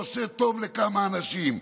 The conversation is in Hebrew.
או טוב לכמה אנשים.